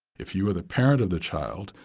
if you are the parent of the child,